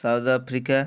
South Africa